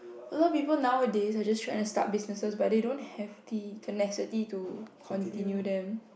a lot of people nowadays are just trying to start businesses but they don't have the tenacity to continue them